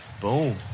Boom